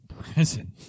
Present